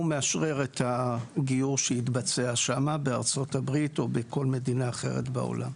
הוא מאשרר את הגיור שהתבצע שם בארצות הברית או בכל מדינה אחרת בעולם.